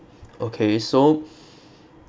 okay so